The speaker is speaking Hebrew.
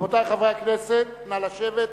רבותי חברי הכנסת, נא לשבת.